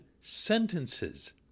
sentences